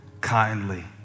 kindly